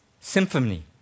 symphony